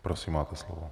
Prosím máte slovo.